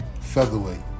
Featherweight